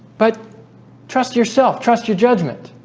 but trust yourself trust your judgment